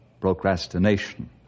procrastination